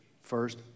First